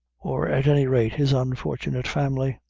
or at any rate his unfortunate family.